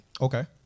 Okay